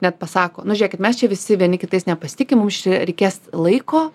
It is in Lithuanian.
net pasako nu žiūrėkit mes čia visi vieni kitais nepasitikim mums čia reikės laiko